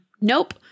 Nope